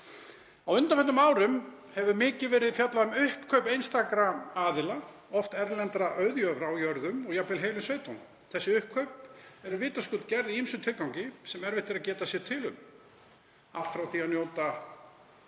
Á undanförnum árum hefur mikið verið fjallað um uppkaup einstakra aðila, oft erlendra auðjöfra, á jörðum og jafnvel heilu sveitunum. Þessi uppkaup eru vitaskuld gerð í ýmsum tilgangi sem erfitt er að geta sér til um, allt frá því að njóta